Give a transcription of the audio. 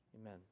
amen